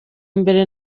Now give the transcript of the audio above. mbere